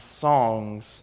songs